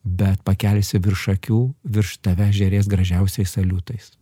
bet pakelsi virš akių virš tavęs žėrės gražiausiais saliutais